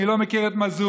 אני לא מכיר את מזוז,